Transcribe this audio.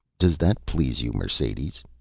does that please you, mercedes?